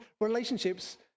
relationships